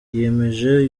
yemeje